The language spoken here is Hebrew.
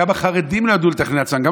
גם החרדים לא ידעו לתכנן לעצמם,